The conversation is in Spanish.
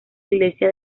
iglesia